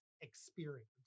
experience